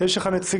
יש לך נציגה